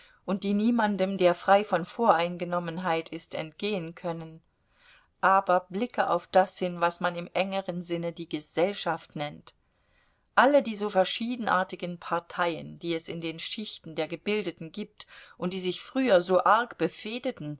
und die niemandem der frei von voreingenommenheit ist entgehen können aber blicke auf das hin was man im engeren sinne die gesellschaft nennt alle die so verschiedenartigen parteien die es in den schichten der gebildeten gibt und die sich früher so arg